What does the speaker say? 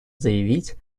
заявить